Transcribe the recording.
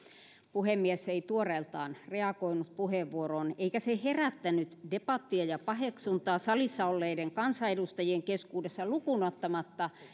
puhemies ei tuoreeltaan reagoinut puheenvuoroon eikä se herättänyt debattia ja paheksuntaa salissa olleiden kansanedustajien keskuudessa lukuun ottamatta